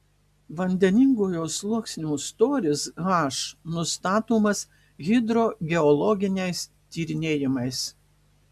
vandeningojo sluoksnio storis h nustatomas hidrogeologiniais tyrinėjimais